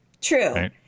True